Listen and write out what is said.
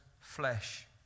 flesh